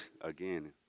Again